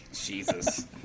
Jesus